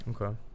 Okay